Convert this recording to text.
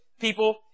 people